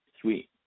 Sweet